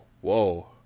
whoa